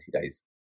days